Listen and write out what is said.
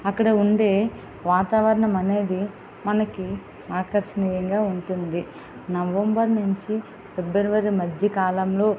అక్కడ ఉండే వాతావరణం అనేది మనకు ఆకర్షణీయంగా ఉంటుంది నవంబర్ నుంచి ఫిబ్రవరి మధ్యకాలంలో